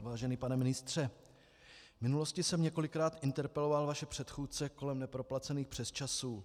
Vážený pane ministře, v minulosti jsem několikrát interpeloval vaše předchůdce kolem neproplacených přesčasů.